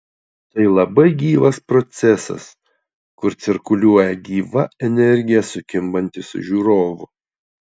tai labai gyvas procesas kur cirkuliuoja gyva energija sukimbanti su žiūrovu